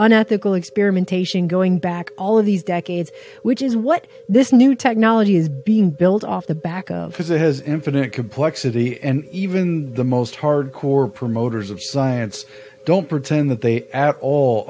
unethical experimentation going back all of these decades which is what this new technology is being built off the back of his it has infinite complexity and even the most hardcore promoters of science don't pretend that they at all